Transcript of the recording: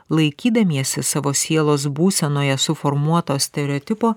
laikydamiesi savo sielos būsenoje suformuoto stereotipo